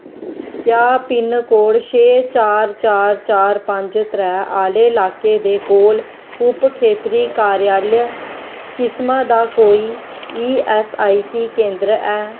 क्या पिनकोड छे चार चार चार पंज त्रै आह्ले ल्हाके दे कोल उप खेतरी कार्यालय किसमा दा कोई ईऐस्सआईसी केंदर ऐ